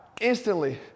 Instantly